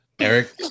Eric